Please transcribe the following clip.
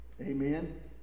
Amen